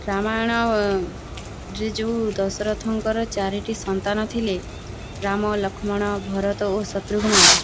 ରାମାୟଣରେ ଯେଉଁ ଦଶରଥଙ୍କର ଚାରିଗୋଟି ସନ୍ତାନ ଥିଲେ ରାମ ଲକ୍ଷ୍ମଣ ଭରତ ଓ ଶତ୍ରୁଘ୍ନ